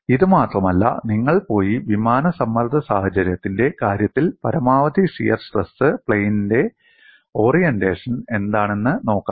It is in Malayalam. ഇത് മാത്രമല്ല നിങ്ങൾ പോയി വിമാന സമ്മർദ്ദ സാഹചര്യത്തിന്റെ കാര്യത്തിൽ പരമാവധി ഷിയർ സ്ട്രെസ് പ്ലെയിനിന്റെ ഓറിയന്റേഷൻ എന്താണെന്ന് നോക്കാം